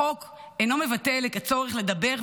החוק אינו מבטל את הצורך לדבר,